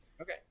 Okay